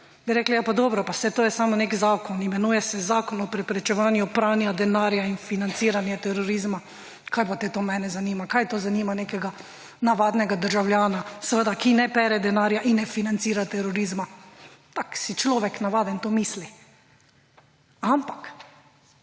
bi rekli – Dobro, pa saj to je samo nek zakon, imenuje se Zakon o preprečevanju pranja denarja in financiranja terorizma. Kaj pa to mene zanima? Kaj to zanima nekega navadnega državljana, ki seveda ne pere denarja in ne financira terorizma. Tako si navaden človek to misli. Ampak